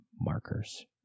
markers